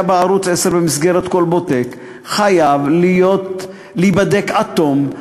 בערוץ 10 במסגרת "כלבוטק" חייב להיבדק עד תום,